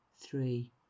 three